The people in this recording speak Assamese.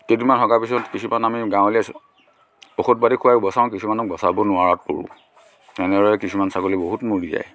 কেইদিনমান হগাৰ পিছত কিছুমান আমি গাৱলীয়া ঔষধ পাতি খুৱাই বচাওঁ কিছুমান কিছুমানক বচাব নোৱাৰাত পৰোঁ তেনেদৰে কিছুমান ছাগলী বহুত মৰি যায়